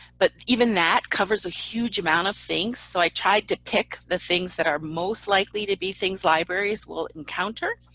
but even that covers a huge amount of things. so i tried to pick the things that are most likely to be things libraries will encounter.